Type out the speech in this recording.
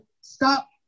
stop